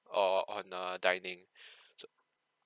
or on err dining